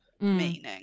meaning